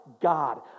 God